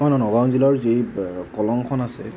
নগাঁও জিলাৰ যি কলংখন আছে